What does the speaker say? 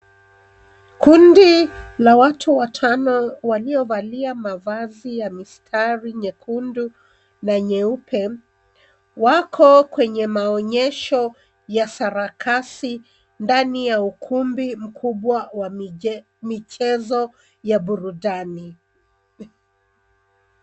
Kundi la watu wa chama waliovalia mavazi ya mistari nyekundu na nyeupe wako kwenye maonyesho ya sarakasi ndani ya ukumbi mkubwa wa michezo ya burudani.